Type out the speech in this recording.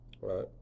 right